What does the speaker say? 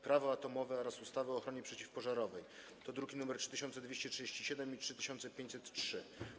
Prawo atomowe oraz ustawy o ochronie przeciwpożarowej (druki nr 3237 i 3503)